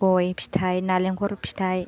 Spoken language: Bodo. गय फिथाय नालेंखर फिथाय